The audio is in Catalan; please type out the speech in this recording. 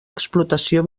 explotació